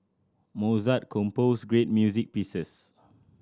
mozart composed great music pieces